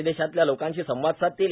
विदेशातल्या लोकांशी संवाद साधतील